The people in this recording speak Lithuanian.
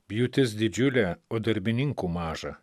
pjūtis didžiulė o darbininkų maža